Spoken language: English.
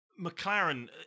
McLaren